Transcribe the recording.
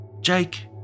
Jake